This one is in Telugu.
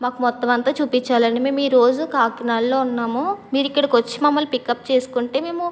మాకు మొత్తమంతా చూపించాలండి మేము ఈరోజు కాకినాడలో ఉన్నాము మీరు ఇక్కడికి వచ్చి మమ్మల్ని పికప్ చేసుకుంటే మేము